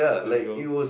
here we go